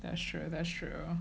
that's true that's true